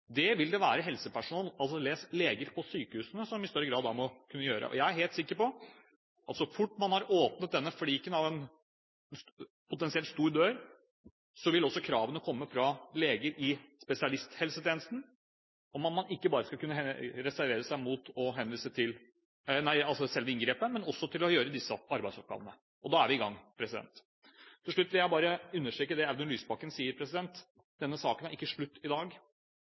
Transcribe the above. Det vil det være helsepersonell – les: leger på sykehusene – som i større grad må kunne gjøre. Jeg er helt sikker på at så fort man har åpnet denne fliken av en potensielt stor dør, vil også kravene komme fra leger i spesialisthelsetjenesten om at man ikke bare skal kunne reservere seg mot selve inngrepet, men også mot å gjøre disse arbeidsoppgavene. Og da er vi i gang. Til slutt vil jeg bare understreke det Audun Lysbakken sier: Denne saken er ikke slutt i dag.